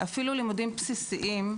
אפילו לימודים בסיסיים,